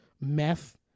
meth